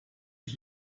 ich